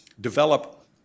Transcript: develop